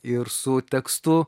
ir su tekstu